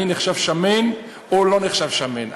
אני נחשב שמן או לא נחשב שמן?